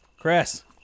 Chris